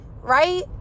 right